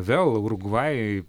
vėl urugvajuj